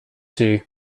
two